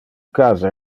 casa